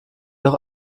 doch